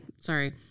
sorry